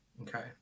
Okay